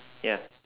ya